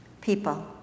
People